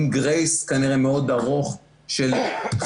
עם גרייס כנראה מאוד ארוך --- מדינת